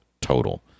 total